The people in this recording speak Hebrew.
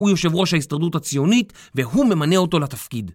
הוא יושב ראש ההסתדרות הציונית והוא ממנה אותו לתפקיד